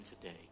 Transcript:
today